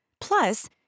Plus